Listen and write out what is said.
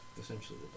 essentially